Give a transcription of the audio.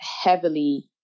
heavily